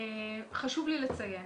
חשוב לי לציין